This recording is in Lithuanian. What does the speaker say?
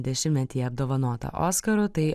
dešimtmetyje apdovanota oskaru tai